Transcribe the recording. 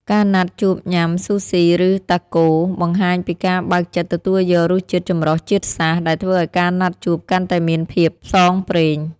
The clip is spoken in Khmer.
ការណាត់ជួបញ៉ាំ Sushi ឬ Taco បង្ហាញពីការបើកចិត្តទទួលយករសជាតិចម្រុះជាតិសាសន៍ ដែលធ្វើឱ្យការណាត់ជួបកាន់តែមានភាពផ្សងព្រេង។